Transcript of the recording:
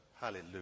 hallelujah